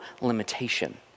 limitation